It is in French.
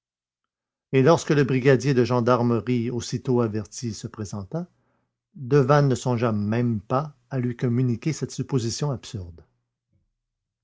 et lorsque le brigadier de gendarmerie aussitôt averti se présenta devanne ne songea même pas à lui communiquer cette supposition absurde